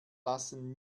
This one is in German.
lassen